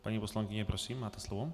Paní poslankyně, prosím, máte slovo.